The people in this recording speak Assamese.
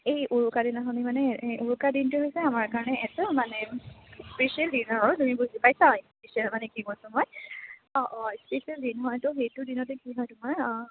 এই উৰুকাদিনাখনি মানে এই উৰুকা দিনটো হৈছে আমাৰ কাৰণে এটা মানে স্পেচিয়েল দিন আৰু তুমি বুজি পাইছা স্পেচিয়েল মানে কি কৈছো মই অঁ অঁ স্পেচিয়েল দিন হয় ত' সেইটো দিনতে কি হয় তোমাৰ